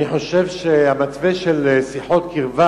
אני חושב שהמתווה של שיחות קרבה